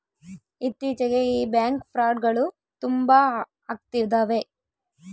ಇತ್ತೀಚಿಗೆ ಈ ಬ್ಯಾಂಕ್ ಫ್ರೌಡ್ಗಳು ತುಂಬಾ ಅಗ್ತಿದವೆ